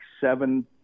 seven